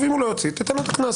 אם הוא לא יוציא תיתן לו את הקנס,